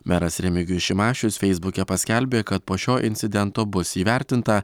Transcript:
meras remigijus šimašius feisbuke paskelbė kad po šio incidento bus įvertinta